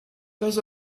does